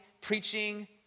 preaching